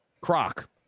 croc